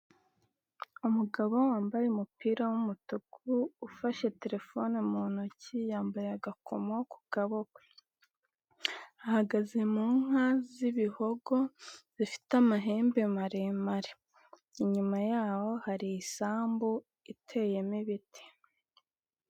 Umugabo wambaye umupira w'umutuku ufashe terefone mu ntoki yambaye agakomo ku kaboko ahagaze mu nka z'ibihogo zifite amahembe maremare, inyuma yaho hari isambu iteyemo ibiti.